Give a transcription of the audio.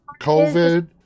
COVID